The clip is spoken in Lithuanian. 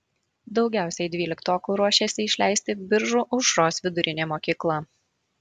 daugiausiai dvyliktokų ruošiasi išleisti biržų aušros vidurinė mokykla